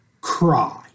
cry